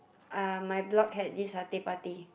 uh my block had this satay party